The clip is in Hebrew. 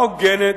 ההוגנת,